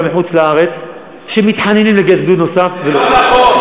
מחוץ-לארץ שמתחננים לגייס גדוד נוסף ולא,